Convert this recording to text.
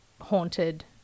haunted